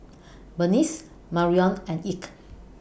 Berniece Marrion and Ike